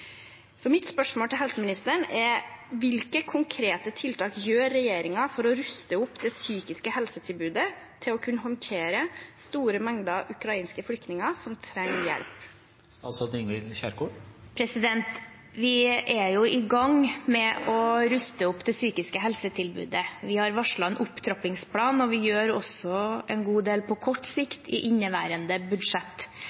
Så mitt spørsmål til helseministeren er: Hvilke konkrete tiltak gjør regjeringen for å ruste opp det psykiske helsetilbudet til å kunne håndtere store mengder ukrainske flyktninger som trenger hjelp? Vi er i gang med å ruste opp det psykiske helsetilbudet. Vi har varslet en opptrappingsplan, og vi gjør også en god del på kort